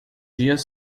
dias